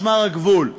משמר הגבול,